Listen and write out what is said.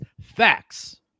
facts